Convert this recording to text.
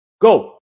Go